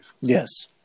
Yes